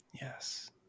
Yes